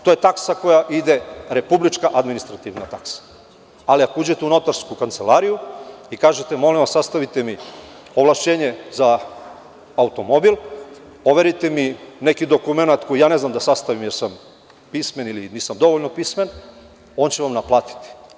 To je republička administrativna taksa, ali ako uđete u notarsku kancelariju i kažete – molim vas, sastavite mi ovlašćenje za automobil, overite mi neki dokument koji ja ne znam da sastavim jer sam pismen ili nisam dovoljno pismen, on će vam naplatiti.